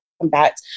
combat